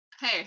hey